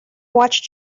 watched